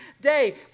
day